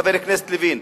חבר הכנסת לוין,